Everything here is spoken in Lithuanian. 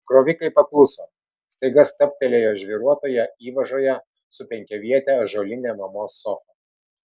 krovikai pakluso staiga stabtelėjo žvyruotoje įvažoje su penkiaviete ąžuoline mamos sofa